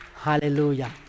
hallelujah